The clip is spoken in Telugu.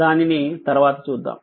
దానిని తర్వాత చూద్దాం